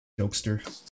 jokester